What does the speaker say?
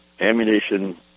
Ammunition